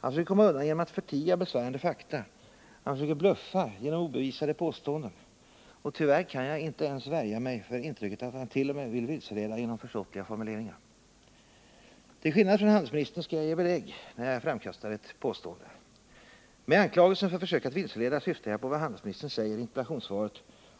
Han försöker komma undan genom att förtiga besvärande fakta, han försöker bluffa genom obevisade påståenden, och tyvärr kan jag inte ens värja mig för intrycket att han t.o.m. vill vilseleda genom försåtliga formuleringar. Till skillnad från handelsministern skall jag ge belägg när jag nu framkastar ett påstående. Med anklagelsen för försök att vilseleda syftar jag på vad handelsministern säger i interpellationssvaret